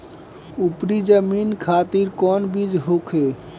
उपरी जमीन खातिर कौन बीज होखे?